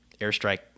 airstrike